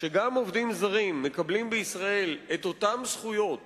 שבו גם עובדים זרים מקבלים בישראל את אותן זכויות